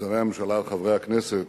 שרי הממשלה, חברי הכנסת,